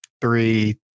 Three